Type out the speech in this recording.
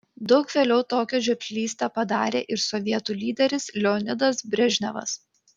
daug vėliau tokią žioplystę padarė ir sovietų lyderis leonidas brežnevas